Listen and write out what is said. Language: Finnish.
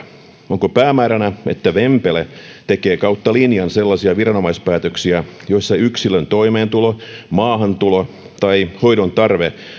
onko päämääränä että vempele tekee kautta linjan sellaisia viranomaispäätöksiä joissa yksilön toimeentulo maahantulo tai hoidontarve